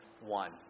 One